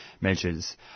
measures